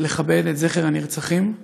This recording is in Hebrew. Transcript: לכבד את זכר הנרצחים,